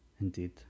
Indeed